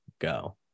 go